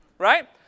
right